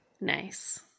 nice